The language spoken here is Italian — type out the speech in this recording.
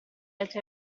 altri